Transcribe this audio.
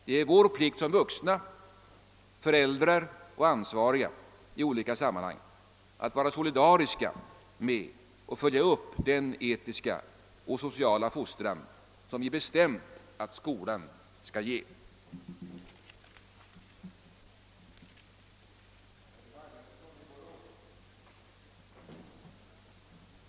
Det är vår plikt som vuxna, föräldrar och ansvariga i olika sammanhang att vara solidariska med och följa upp den etiska och sociala fostran vi bestämt att skolan skall ge.